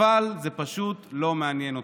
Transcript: אבל זה פשוט לא מעניין אותם.